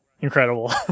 incredible